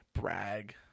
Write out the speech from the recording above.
brag